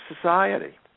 society